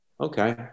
okay